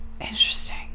interesting